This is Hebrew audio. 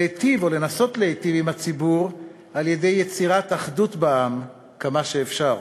להיטיב או לנסות להיטיב עם הציבור על-ידי יצירת אחדות בעם כמה שאפשר.